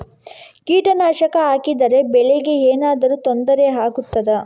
ಕೀಟನಾಶಕ ಹಾಕಿದರೆ ಬೆಳೆಗೆ ಏನಾದರೂ ತೊಂದರೆ ಆಗುತ್ತದಾ?